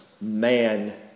Man